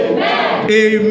Amen